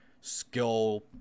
skill